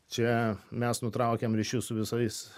čia mes nutraukiam ryšius su visais